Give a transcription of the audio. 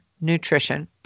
nutrition